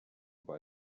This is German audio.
bei